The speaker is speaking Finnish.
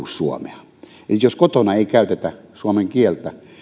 suomea jos kotona ei käytetä suomen kieltä